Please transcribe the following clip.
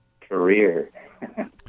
career